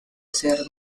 cerda